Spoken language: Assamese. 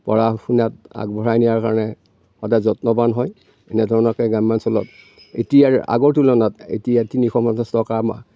পঢ়া শুনাত আগবঢ়াই নিয়াৰ কাৰণে সদায় যত্নৱান হয় এনেধৰণেৰে গ্ৰামাঞ্চলত এতিয়াৰ আগৰ তুলনাত এতিয়া তিনিশ পঞ্চাছ টকা